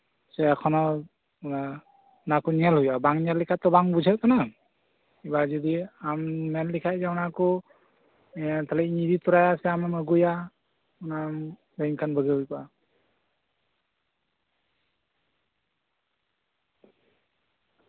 ᱥᱮ ᱚᱱᱟ ᱠᱚ ᱧᱮᱞ ᱦᱩᱭᱩᱜᱼᱟ ᱵᱟᱝ ᱧᱮᱞ ᱞᱮᱠᱷᱟᱡ ᱛᱚ ᱵᱟᱝ ᱵᱩᱡᱷᱟᱹᱜ ᱠᱟᱱᱟ ᱟᱵᱟᱨ ᱡᱩᱫᱤ ᱟᱢ ᱢᱮᱱ ᱞᱮᱠᱷᱟᱡ ᱜᱮ ᱚᱱᱟ ᱠᱩ ᱤᱭᱟᱹ ᱛᱟᱞᱦᱮ ᱤᱧᱤᱧ ᱤᱫᱤ ᱛᱚᱨᱟᱭᱟᱥᱮ ᱟᱢᱮᱢ ᱟᱜᱩᱭᱟ ᱚᱱᱟᱢ ᱞᱟᱹᱭᱤᱧ ᱠᱷᱟᱱ ᱵᱷᱟᱹᱜᱤ ᱦᱩᱭ ᱠᱚᱜᱼᱟ